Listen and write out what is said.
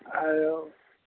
hello